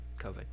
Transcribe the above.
COVID